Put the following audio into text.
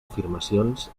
afirmacions